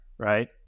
right